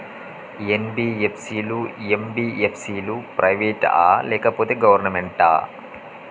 NBFC లు, MBFC లు private ఆ లేకపోతే గవర్నమెంటా?